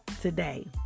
today